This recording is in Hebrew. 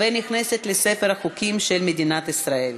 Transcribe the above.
ונכנסת לספר החוקים של מדינת ישראל.